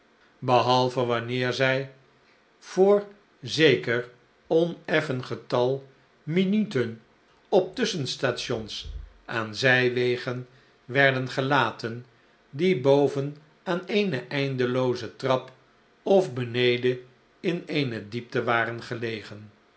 behalve wanneer zij voor zeker oneffen getal minuten op tusschenstations aan zijwegen werden gelaten die boven aan eene eindelooze trap of beneden in een diepte waren gelegen